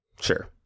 Sure